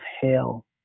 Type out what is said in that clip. hell